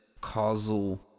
causal